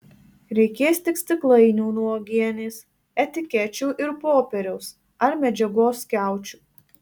reikės tik stiklainių nuo uogienės etikečių ir popieriaus ar medžiagos skiaučių